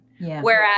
Whereas